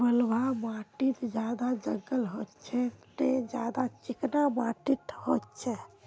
बलवाह माटित ज्यादा जंगल होचे ने ज्यादा चिकना माटित होचए?